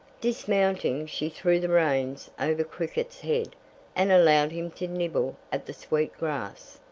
dismounting, she threw the reins over cricket's head and allowed him to nibble at the sweet grass.